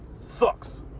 sucks